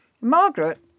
Margaret